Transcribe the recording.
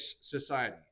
society